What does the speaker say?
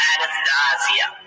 Anastasia